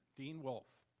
dean wolff.